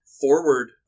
forward